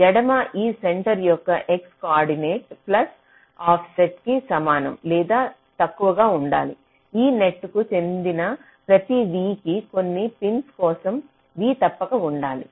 ఎడమ సెంటర్ యొక్క x coordinate plus offset కి సమానం లేదా తక్కువగా ఉండాలి ఈ నెట్కు చెందిన ప్రతి v కి కొన్ని పిన్ల కోసం v తప్పక ఉండాలి